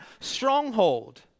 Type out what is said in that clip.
stronghold